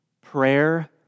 prayer